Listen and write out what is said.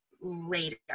later